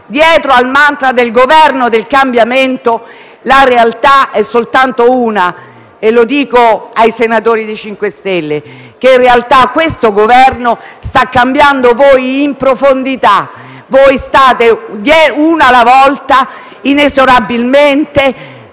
dietro al mantra del Governo del cambiamento, la realtà è soltanto una, e lo dico ai senatori del MoVimento 5 Stelle: in realtà questo Governo sta cambiando voi in profondità. Voi state, uno alla volta, inesorabilmente